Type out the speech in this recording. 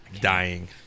Dying